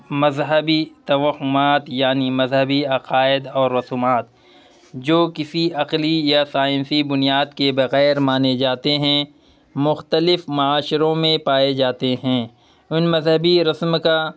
مذہبی توہمات یعنی مذہبی عقائد اور رسومات جو کسی عقلی یا سائنسی بنیاد کے بغیر مانے جاتے ہیں مختلف معاشروں میں پائے جاتے ہیں ان مذہبی رسم کا